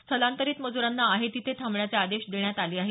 स्थलांतरीत मज़्रांना आहे तिथे थांबण्याचे आदेश देण्यात आले आहेत